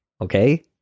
Okay